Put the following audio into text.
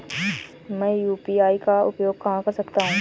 मैं यू.पी.आई का उपयोग कहां कर सकता हूं?